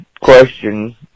question